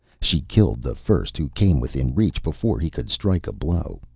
she killed the first who came within reach before he could strike a blow,